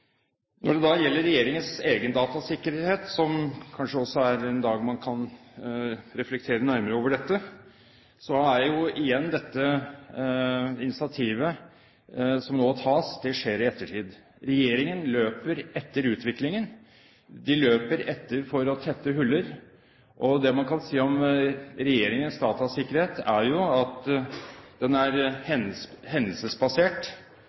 Når det da gjelder regjeringens egen datasikkerhet – som man kanskje også kan reflektere nærmere over på en dag som denne – er det slik at dette initiativet som nå tas, skjer i ettertid. Regjeringen løper etter utviklingen. Den løper etter for å tette hull, og det man kan si om regjeringens datasikkerhet, er jo at den er hendelsesbasert,